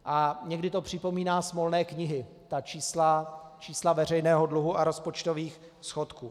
A někdy to připomíná smolné knihy, ta čísla veřejného dluhu a rozpočtových schodků.